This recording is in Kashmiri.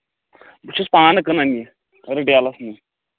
بہٕ چھُس پانہٕ کٕنان یہِ رِٹیلَس منٛز